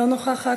לא נוכחת,